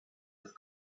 with